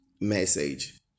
Message